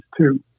two